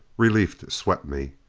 relief swept me.